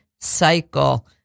cycle